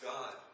God